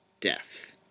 death